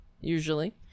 usually